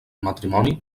matrimoni